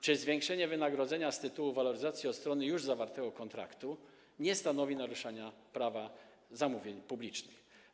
Czy zwiększenie wynagrodzenia z tytułu waloryzacji od strony już zawartego kontraktu nie stanowi naruszenia Prawa zamówień publicznych?